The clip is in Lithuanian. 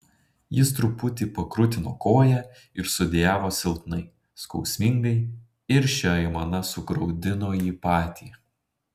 jis truputį pakrutino koją ir sudejavo silpnai skausmingai ir ši aimana sugraudino jį patį